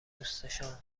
دوستشان